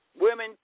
women